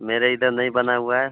मेरे इधर नहीं बना हुआ है